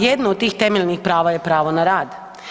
Jedno od tih temeljnih prava je pravo na rad.